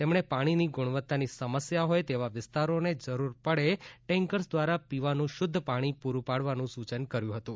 તેમણે પાણીની ગુણવત્તાની સમસ્યા હોય તેવા વિસ્તારોને જરૂર પડ્યે ટેન્કર્સ દ્વારા પીવાનું શુધ્ધ પાણી પૂરું પાડવા સૂચન કર્યુ હતું